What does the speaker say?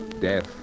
death